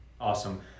Awesome